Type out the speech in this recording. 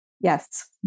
Yes